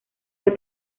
fue